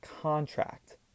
contract